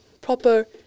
proper